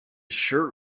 shirt